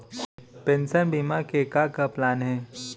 Pension बीमा के का का प्लान हे?